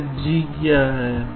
यह g क्या है